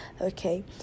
okay